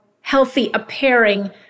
healthy-appearing